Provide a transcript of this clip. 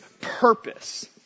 purpose